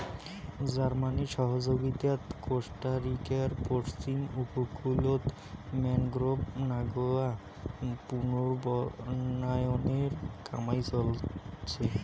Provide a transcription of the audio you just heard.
জার্মানির সহযগীতাত কোস্টারিকার পশ্চিম উপকূলত ম্যানগ্রোভ নাগেয়া পুনর্বনায়নের কামাই চইলছে